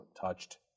touched